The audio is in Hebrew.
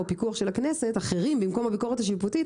פיקוח של הכנסת אחרים במקום הביקורת השיפוטית,